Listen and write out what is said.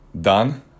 done